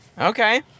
Okay